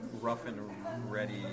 rough-and-ready